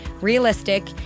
realistic